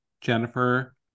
Jennifer